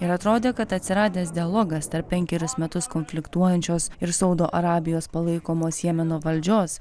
ir atrodė kad atsiradęs dialogas tarp penkerius metus konfliktuojančios ir saudo arabijos palaikomos jemeno valdžios